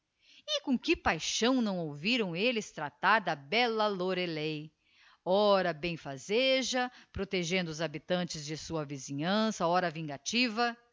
com que paixão não ouviram elles tratar da bella lorelei ora bemíazeja protegendo os habitantes de sua vizinhança ora vingativa